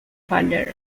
father